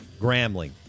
Grambling